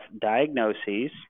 diagnoses